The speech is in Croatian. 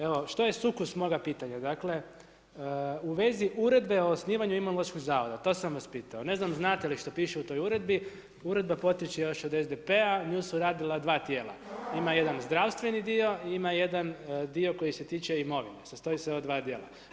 Evo, što je sukus moga pitanja, dakle, u vezi Uredbe o osnivanju Imunološkog zavoda, to sam vas pitao, ne znam znate li što piše u toj Uredbi, Uredba potječe još od SDP-a, nju su radila dva tijela, ima jedan zdravstveni dio ima jedan dio koji se tiče imovine, sastoji se od dva dijela.